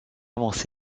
avancer